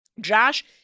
Josh